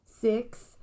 Six